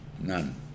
none